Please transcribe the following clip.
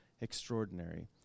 extraordinary